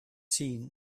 seen